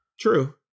True